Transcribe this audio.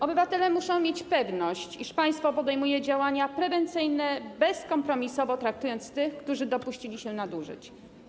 Obywatele muszą mieć pewność, iż państwo podejmuje działania prewencyjne, bezkompromisowo traktując tych, którzy dopuścili się nadużyć.